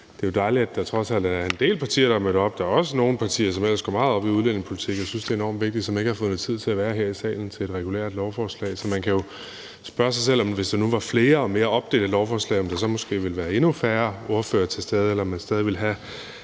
Det er jo dejligt, at der trods alt er en del partier, der er mødt op. Der er også nogle partier, som ellers går meget op i udlændingepolitik og synes, at det er enormt vigtigt, men som ikke har fundet tid til at være her i salen til et regulært lovforslag. Så man kan jo spørge sig selv, om der måske ville være endnu færre ordførere til stede, hvis der nu var flere